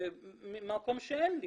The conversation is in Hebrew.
ממקום שאין לי.